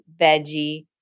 veggie